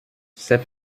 ses